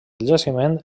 jaciment